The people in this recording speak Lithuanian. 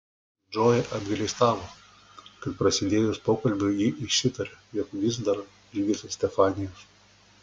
džoja apgailestavo kad prasidėjus pokalbiui ji išsitarė jog vis dar ilgisi stefanijos